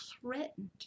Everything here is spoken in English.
threatened